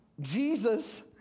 Jesus